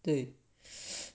对